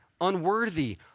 unworthy